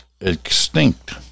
extinct